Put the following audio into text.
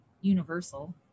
universal